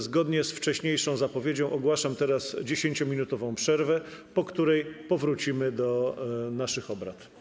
Zgodnie z wcześniejszą zapowiedzią ogłaszam teraz 10 minut przerwy, po której powrócimy do naszych obrad.